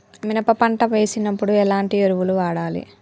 మినప పంట వేసినప్పుడు ఎలాంటి ఎరువులు వాడాలి?